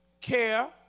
care